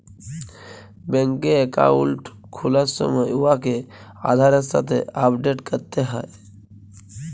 ব্যাংকে একাউল্ট খুলার সময় উয়াকে আধারের সাথে আপডেট ক্যরতে হ্যয়